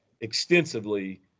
extensively